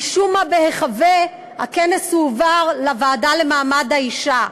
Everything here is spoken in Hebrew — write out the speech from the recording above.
משום מה, בהיחבא, הכנס הועבר לוועדה למעמד האישה,